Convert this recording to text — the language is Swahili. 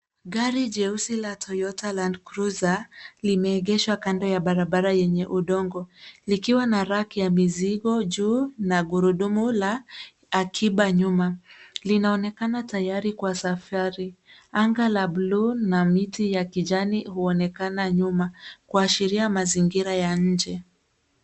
Gari jeusi ya Toyota Landcruiser limeegeshwa kando ya barabara yenye udongo likiwa na rack ya mizigo juu na gurudumu la akiba nyuma. Linaonekana tayari kwa safari. Anga la bluu na miti ya kijani huonekana nyuma kuashiria mazingira ya nje.